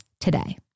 today